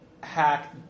hack